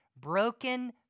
Broken